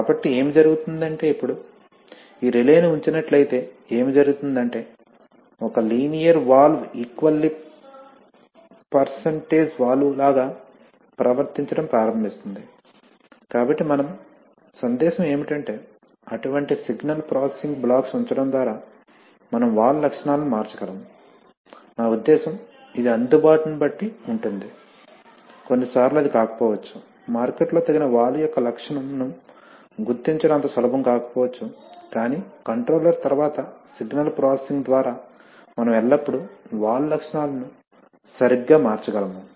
కాబట్టి ఏమి జరుగుతుందంటే ఇప్పుడు ఈ రిలేను ఉంచినట్లయితే ఏమి జరుగుతుందంటే ఒక linear valve equally percentage valve లాగా ప్రవర్తించడం ప్రారంభిస్తుంది కాబట్టి మనం సందేశం ఏమిటంటే అటువంటి సిగ్నల్ ప్రాసెసింగ్ బ్లాక్స్ ఉంచడం ద్వారా మనం వాల్వ్ లక్షణాలను మార్చగలము నా ఉద్దేశ్యం ఇది అందుబాటును బట్టి ఉంటుంది కొన్నిసార్లు అది కాకపోవచ్చు మార్కెట్లో తగిన వాల్వ్ యొక్క లక్షణం ను గుర్తించడం అంత సులభం కాకపోవచ్చు కానీ కంట్రోలర్ తర్వాత సిగ్నల్ ప్రాసెసింగ్ ద్వారా మనం ఎల్లప్పుడూ వాల్వ్ లక్షణాలను సరిగ్గా మార్చగలము